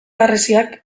harresiak